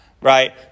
right